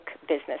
business